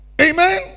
Amen